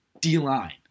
D-line